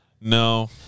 No